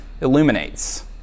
illuminates